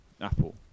Apple